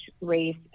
race